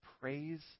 praise